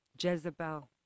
Jezebel